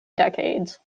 decades